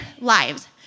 lives